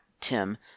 Tim